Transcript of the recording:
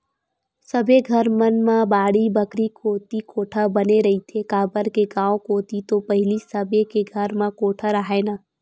सबे घर मन म बाड़ी बखरी कोती कोठा बने रहिथे, काबर के गाँव कोती तो पहिली सबे के घर म कोठा राहय ना